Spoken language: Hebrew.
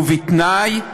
ובתנאי,